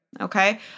okay